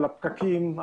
על הפקקים,